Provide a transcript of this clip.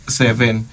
seven